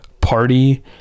party